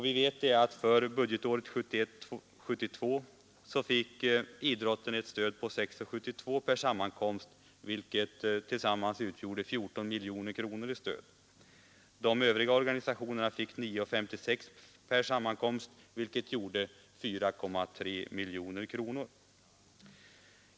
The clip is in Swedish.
Vi vet att för budgetåret 1971/72 fick idrotten ett stöd på 6:72 per sammankomst, vilket tillsammans utgjorde 14 miljoner kronor. De övriga organisationerna fick 9:56 per sammankomst, vilket gjorde 4,3 miljoner kronor.